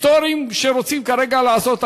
פטורים שרוצים כרגע לעשות.